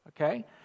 okay